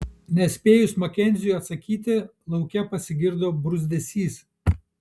nespėjus makenziui atsakyti lauke pasigirdo bruzdesys